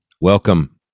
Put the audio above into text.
Welcome